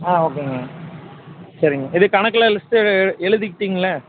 ஆ ஓகேங்க சரிங்க இது கணக்கெலாம் லிஸ்ட்டு எழு எழுதுக்கிட்டீங்கள்லை